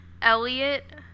Elliot